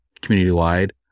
community-wide